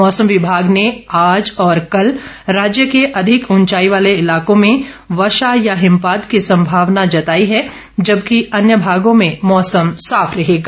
मौसम विभाग ने आज और कल राज्य के अधिक ऊचाई वाले इलाकों में वर्षा या हिमपात की संभावना जताई है जबकि अन्य भागों में मौसम साफ रहेगा